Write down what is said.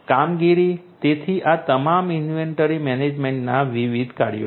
કામગીરી તેથી આ તમામ ઇન્વેન્ટરી મેનેજમેન્ટના વિવિધ કાર્યો છે